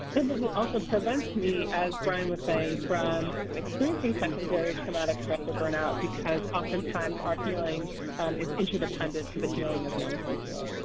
and then it also prevents me as brian was saying from from experiencing secondary traumatic stress or burnout, because oftentimes our healing is interdependent to the healing of young people.